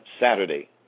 Saturday